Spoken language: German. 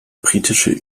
britische